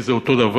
כי זה אותו דבר.